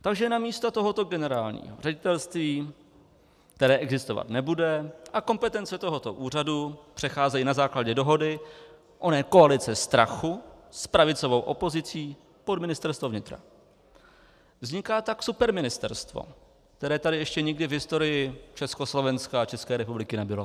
Takže namísto tohoto generálního ředitelství, které existovat nebude, a kompetence tohoto úřadu přecházejí na základě dohody oné koalice strachu s pravicovou opozicí pod Ministerstvo vnitra, vzniká tak superministerstvo, které tady ještě nikdy v historii Československa a České republiky nebylo.